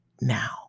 now